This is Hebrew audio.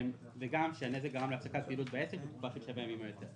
וגם שהנזק גרם להפסקת פעילות בעסק לתקופה של שבעה ימים או יותר.